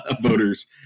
voters